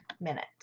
Minute